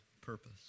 purpose